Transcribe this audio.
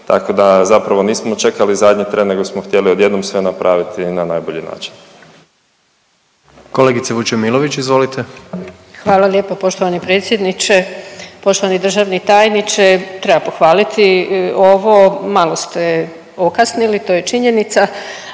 tako da zapravo nismo čekali zadnji tren nego smo htjeli odjednom sve napraviti na najbolji način. **Jandroković, Gordan (HDZ)** Kolegice Vučemilović izvolite. **Vučemilović, Vesna (Nezavisni)** Hvala lijepo poštovani predsjedniče. Poštovani državni tajniče, treba pohvaliti ovo, malo ste okasnili, to je činjenica,